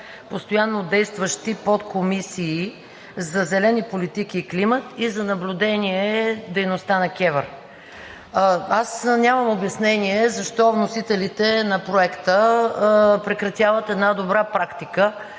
постоянно действащи подкомисии за зелени политики и климат и за наблюдение на дейността на КЕВР“. Аз нямам обяснение защо вносителите на Проекта прекратяват една добра практика